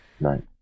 Right